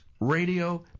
Radio